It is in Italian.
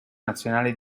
nazionale